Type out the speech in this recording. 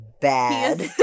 bad